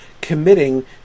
committing